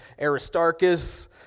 aristarchus